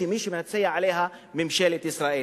שמי שמנצח עליה הוא ממשלת ישראל.